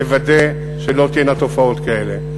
מוודא שלא תהיינה תופעות כאלה.